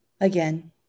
Again